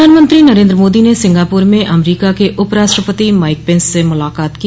प्रधानमंत्री नरेन्द्र मोदी ने सिंगापूर में अमरीका के उपराष्ट्रपति माइक पेंस से मुलाकात की